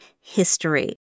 history